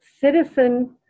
citizen